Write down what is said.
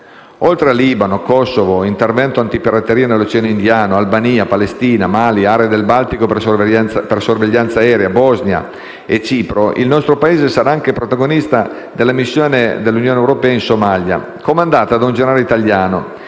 Oltre a Libano, Kosovo, intervento antipirateria nell'Oceano Indiano, Albania, Palestina, Mali, area del Baltico per sorveglianza aerea, Bosnia e Cipro, il nostro Paese sarà anche protagonista della missione dell'Unione europea in Somalia, comandata da un generale italiano